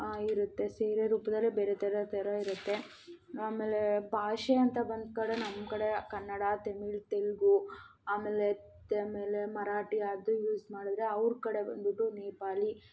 ಇರುತ್ತೆ ಸೀರೆ ರೂಪದಲ್ಲೇ ಬೇರೆ ಥರ ಥರ ಇರುತ್ತೆ ಆಮೇಲೆ ಭಾಷೆ ಅಂತ ಬಂದ ಕಡೆ ನಮ್ಮ ಕಡೆ ಕನ್ನಡ ತಮಿಳ್ ತೆಲುಗು ಆಮೇಲೆ ಮರಾಠಿ ಅದು ಯೂಸ್ ಮಾಡಿದರೆ ಅವ್ರ ಕಡೆ ಬಂದ್ಬಿಟ್ಟು ನೇಪಾಲಿ